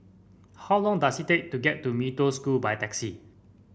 how long does it take to get to Mee Toh School by taxi